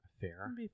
Fair